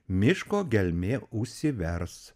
miško gelmė užsivers